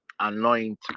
anoint